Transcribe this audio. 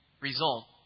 result